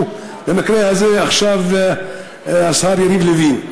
שהוא במקרה הזה עכשיו השר יריב לוין.